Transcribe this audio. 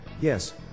yes